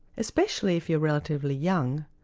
especially if you're relatively young.